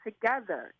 together